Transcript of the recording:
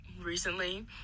recently